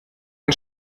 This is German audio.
man